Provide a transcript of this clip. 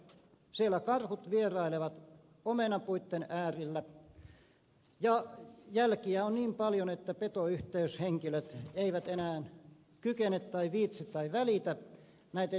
siellä karhut vierailevat omenapuitten äärellä ja jälkiä on niin paljon että petoyhteyshenkilöt eivät enää kykene tai viitsi tai välitä näitä jälkihavaintoja tehdä